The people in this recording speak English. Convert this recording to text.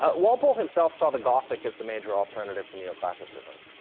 ah walpole himself saw the gothic as the major alternative to neoclassicism,